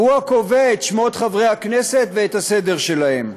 והוא הקובע את שמות חברי הכנסת ואת הסדר שלהם.